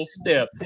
step